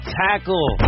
tackle